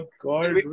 God